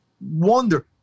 wonder